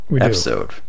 episode